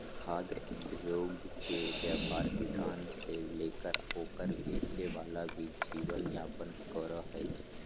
खाद्य उद्योगके व्यापार किसान से लेकर ओकरा बेचे वाला भी जीवन यापन करो हइ